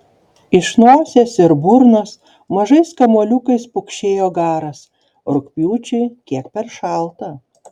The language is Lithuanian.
iš nosies ir burnos mažais kamuoliukais pukšėjo garas rugpjūčiui kiek per šalta